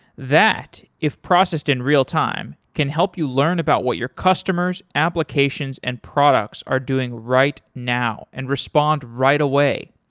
that, if processed in real-time, can help you learn about what your customers, applications, and products are doing right now and respond right away.